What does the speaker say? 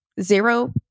Zero